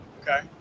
okay